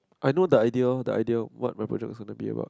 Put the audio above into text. I know the idea the idea what my project was gonna be about